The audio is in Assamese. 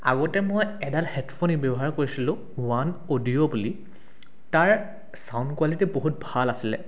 আগতে মই এডাল হেডফোন ব্যৱহাৰ কৰিছিলোঁ ওৱান অডিঅ' বুলি তাৰ চাউণ্ড কোৱালিটি বহুত ভাল আছিলে